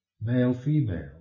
male-female